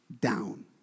down